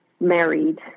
married